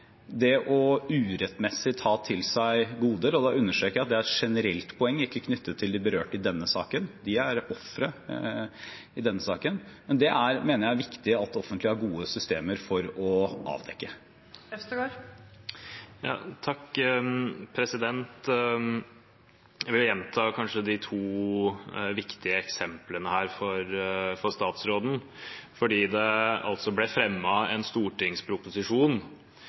Det å urettmessig ta til seg goder – og da understreker jeg at det er et generelt poeng, ikke knyttet til de berørte i denne saken, for de er ofre i denne saken – mener jeg er viktig at det offentlige har gode systemer for å avdekke. Jeg vil gjenta de to viktige eksemplene her for statsråden. Det ble altså fremmet en stortingsproposisjon